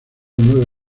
nueve